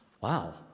Wow